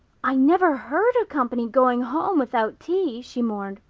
i never heard of company going home without tea, she mourned.